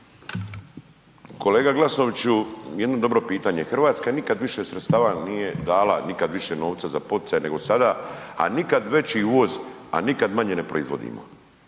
Kolega Glasnoviću jedno dobro pitanje, Hrvatska nikad više sredstava nije dala, nikad više za novca za poticaje nego sada, a nikad veći uvoz, a nikad manje ne proizvodimo.